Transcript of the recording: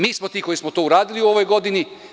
Mi smo ti koji smo to uradili u ovoj godini.